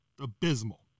abysmal